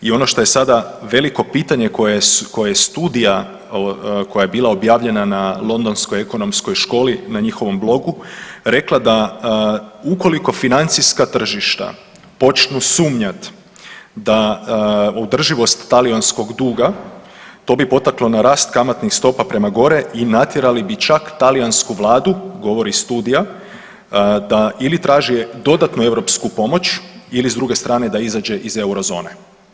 I ono šta je sada veliko pitanje koje studija koja je bila objavljena na londonskoj ekonomskoj školi, na njihovom blogu rekla da ukoliko financijska tržišta počnu sumnjat da održivost talijanskog duga, to bi potaklo na rast kamatnih stopa prema gore i natjerali bi čak talijansku vladu, govori studija, da ili traži dodatnu europsku pomoć ili s druge strane da izađe iz eurozone.